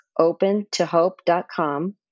opentohope.com